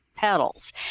petals